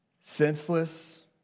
senseless